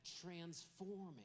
transforming